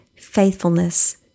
faithfulness